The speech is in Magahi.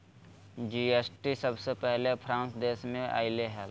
जी.एस.टी सबसे पहले फ्रांस देश मे अइले हल